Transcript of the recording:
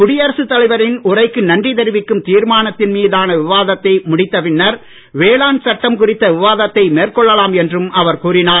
குடியரசுத் தலைவரின் உரைக்கு நன்றி தெரிவிக்கும் தீர்மானத்தின் மீதான விவாதத்தை முடித்த பின்னர் வேளாண் சட்டம் குறித்த விவாதத்தை மேற்கொள்ளலாம் என்றும் அவர் கூறினார்